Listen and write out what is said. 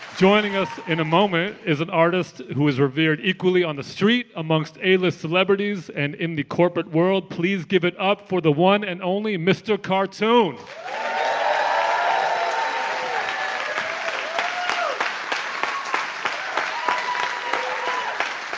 joining us in a moment is an artist who is revered equally on the street, amongst a-list celebrities and in the corporate world. please give it up for the one and only mr. cartoon um